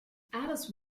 alice